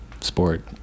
sport